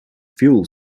fuel